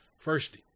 First